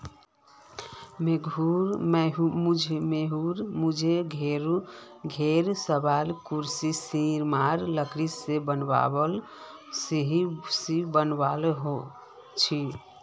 मुई घरेर सबला कुर्सी सिशमेर लकड़ी से ही बनवाल छि